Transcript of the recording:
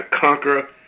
conqueror